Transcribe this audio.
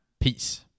peace